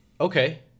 Okay